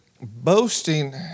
boasting